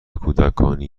کودکانی